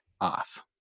off